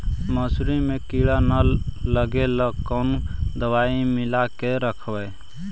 मसुरी मे किड़ा न लगे ल कोन दवाई मिला के रखबई?